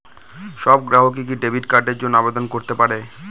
সব গ্রাহকই কি ডেবিট কার্ডের জন্য আবেদন করতে পারে?